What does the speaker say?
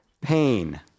pain